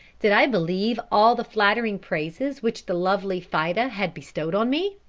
did i believe all the flattering praises which the lovely fida had bestowed on me?